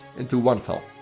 into one file.